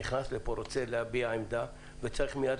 נכנס לפה ורוצה להביע עמדה וצריך מייד